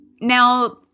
now